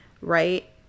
right